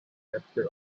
capture